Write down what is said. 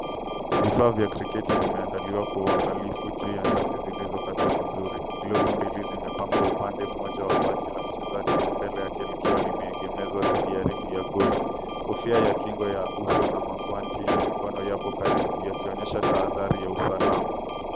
Vifaa vya kriketi vimeandaliwa kwa uangalifu juu ya nyasi zilizokatwa vizuri. Glovu mbili zimepangwa upande mmoja wa bati la mchezaji mbele yake likiwa limeegemezwa dhidi ya rimu ya goli. Kofia ya kingo ya uso na magwanti ya mikono yapo karibu yakionyesha tahadhari ya usalama.